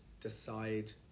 decide